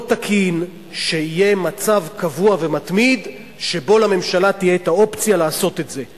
לא תקין שיהיה מצב קבוע ומתמיד שבו לממשלה תהיה האופציה לעשות את זה.